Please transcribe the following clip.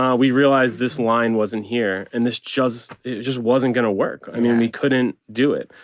um we realized this line wasn't here and this just it just wasn't gonna work i mean we couldn't do it